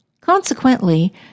Consequently